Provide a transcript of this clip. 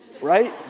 Right